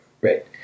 right